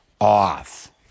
off